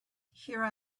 here